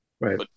Right